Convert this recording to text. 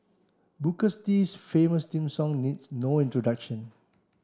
Booker T's famous theme song needs no introduction